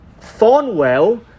Thornwell